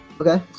okay